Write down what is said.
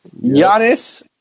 Giannis